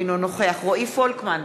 אינו נוכח רועי פולקמן,